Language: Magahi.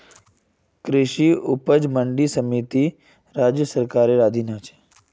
कृषि उपज मंडी समिति राज्य सरकारेर अधीन ह छेक